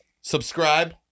subscribe